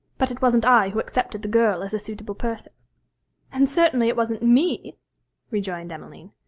but it wasn't i who accepted the girl as a suitable person and certainly it wasn't me rejoined emmeline.